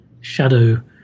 shadow